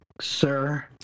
sir